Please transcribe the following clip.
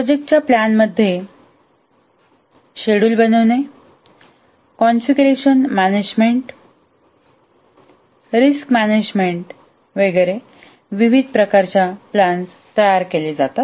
प्रोजेक्टच्या प्लॅनमध्ये शेड्युल बनविणे कॉन्फिगरेशन मॅनेजमेंट रिस्क मॅनेजमेंट वगैरे विविध प्रकारच्या प्लॅन तयार केले जातात